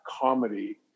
comedy